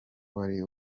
wari